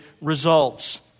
results